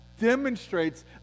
demonstrates